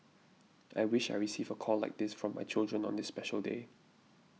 I wish I receive a call like this from my children on this special day